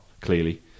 clearly